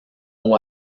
haut